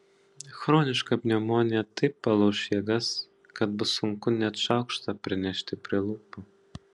chroniška pneumonija taip palauš jėgas kad bus sunku net šaukštą prinešti prie lūpų